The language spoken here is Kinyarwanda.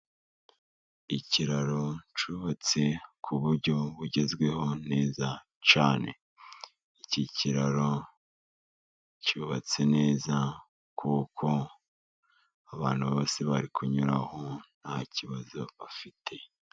Ikiraro cyubatse ku buryo bugezweho neza cyane ,iki kiraro cyubatse neza kuko abantu bose bari kunyuraho ntakibazo bafite.